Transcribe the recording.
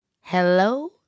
hello